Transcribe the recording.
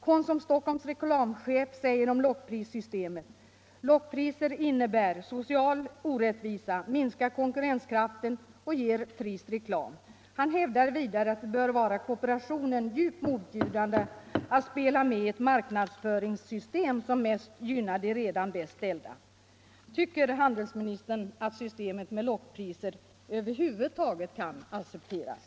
Konsum Stockholms reklamchef säger om lockprissystemet: Lockpriser innebär social orättvisa, minskar konkurrenskraften och ger trist reklam. Han hävdar vidare, att det bör vara kooperationen djupt motbjudande att spela med i ett marknadsföringssystem som mest gynnar de redan bäst ställda. Tycker handelsministern att systemet med lockpriser över huvud taget kan accepteras?